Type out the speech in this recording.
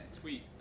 tweet